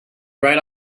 right